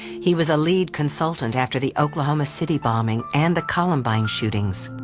he was a lead consultant after the oklahoma city bombing and the columbine shootings.